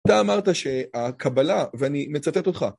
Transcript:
אתה אמרת שהקבלה, ואני מצטט אותך,